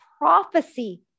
prophecy